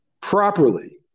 properly